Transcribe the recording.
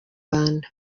rwanda